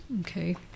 Okay